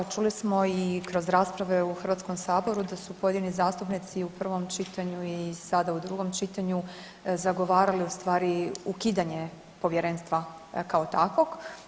Čuli smo i kroz rasprave u HS-u da su pojedini zastupnici u prvom čitanju i sada u drugom čitanju zagovarali ustvari ukidanje povjerenstva kao takvog.